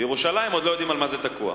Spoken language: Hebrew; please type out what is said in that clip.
בירושלים עוד לא יודעים על מה זה תקוע.